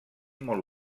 molt